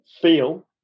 feel